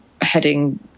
heading